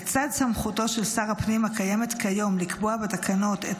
לצד סמכותו של שר הפנים הקיימת כיום לקבוע בתקנות את